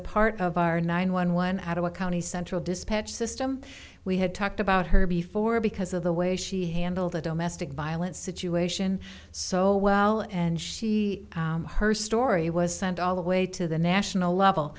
a part of our nine one one at a county central dispatch system we had talked about her before because of the way she handled the domestic violence situation so well and she her story was sent all the way to the national level